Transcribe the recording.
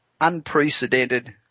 unprecedented